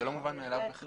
זה לא מובן מאליו.